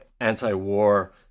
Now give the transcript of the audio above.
anti-war